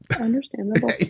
understandable